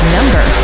Number